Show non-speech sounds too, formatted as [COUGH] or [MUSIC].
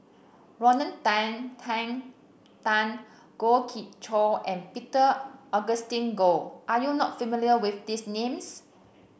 Rodney Tan [UNINTELLIGIBLE] Tan Goh Ee Choo and Peter Augustine Goh are you not familiar with these names